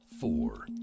Four